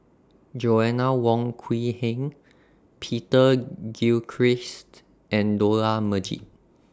Joanna Wong Quee Heng Peter Gilchrist and Dollah Majid